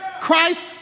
Christ